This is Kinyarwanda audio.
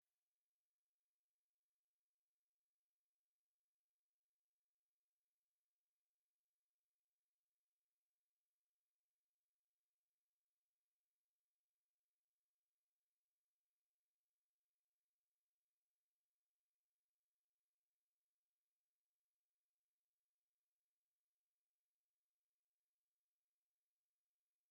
Ishyo ry'inka riri mu rwuri.